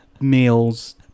meals